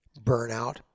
burnout